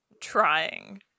trying